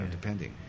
depending